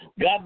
God